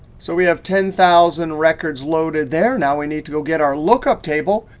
so we have ten thousand records loaded there. now we need to get our lookup table.